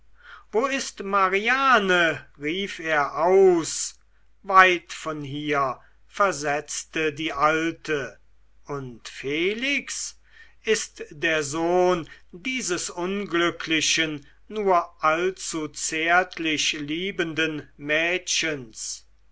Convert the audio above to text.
wo ist mariane rief er aus weit von hier versetzte die alte und felix ist der sohn dieses unglücklichen nur allzu zärtlich liebenden mädchens